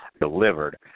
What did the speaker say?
delivered